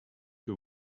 que